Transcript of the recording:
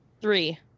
Three